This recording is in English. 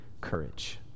courage